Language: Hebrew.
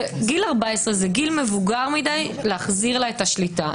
גיל 14 זה גיל מבוגר מדי להחזיר לה את השליטה.